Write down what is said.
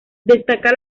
destaca